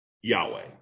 Yahweh